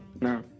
No